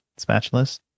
spatulas